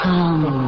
Come